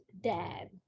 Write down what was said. dad